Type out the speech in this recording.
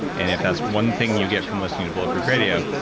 and if that's one thing you get from listening to bulletproof radio,